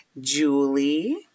Julie